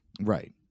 Right